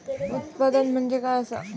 उत्पादन म्हणजे काय असा?